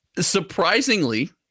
surprisingly